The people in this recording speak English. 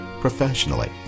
professionally